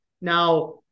Now